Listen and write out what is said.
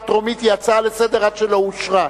המובאת לקריאה טרומית היא הצעה לסדר-היום עד שלא אושרה,